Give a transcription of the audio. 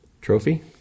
trophy